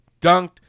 dunked